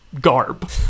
garb